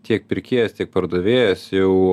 tiek pirkėjas tiek pardavėjas jau